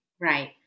right